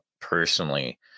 personally